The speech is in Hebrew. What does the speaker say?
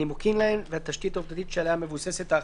הנימוקים להן והתשתית העובדתית שעליה מבוססת ההחלטה,